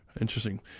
interesting